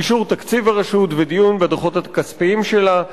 אישור תקציב הרשות ודיון בדוחות הכספיים שלה,